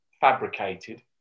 fabricated